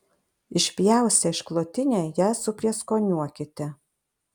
išpjaustę išklotinę ją suprieskoniuokite